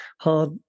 hard